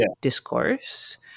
discourse